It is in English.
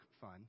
fun